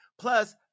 Plus